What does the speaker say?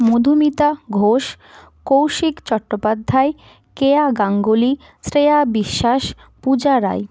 Madhumita Ghosh Kaushik Chattopadhyay Keya Ganguly Shreya Biswas Puja Roy